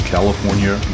California